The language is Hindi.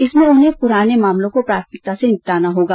इसमें उन्हें पुराने प्रकरणों को प्राथमिकता से निपटाना होगा